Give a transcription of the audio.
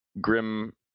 grim